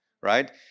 right